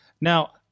Now